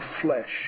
flesh